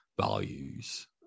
values